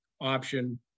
option